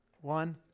One